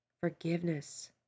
Forgiveness